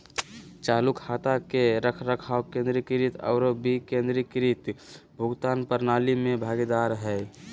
चालू खाता के रखरखाव केंद्रीकृत आरो विकेंद्रीकृत भुगतान प्रणाली में भागीदार हइ